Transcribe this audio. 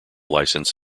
license